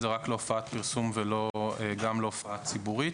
זה רק להופעת פרסום ולא גם להופעה ציבורית.